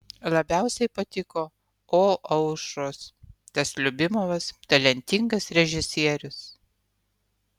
labiausiai patiko o aušros tas liubimovas talentingas režisierius